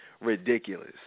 ridiculous